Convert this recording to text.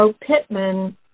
Pittman